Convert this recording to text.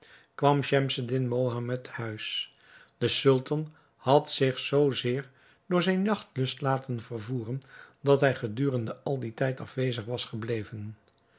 kwam schemseddin mohammed te huis de sultan had zich zoo zeer door zijn jagtlust laten vervoeren dat hij gedurende al dien tijd afwezig was gebleven